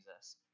Jesus